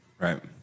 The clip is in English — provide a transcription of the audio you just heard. Right